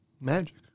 Magic